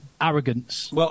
arrogance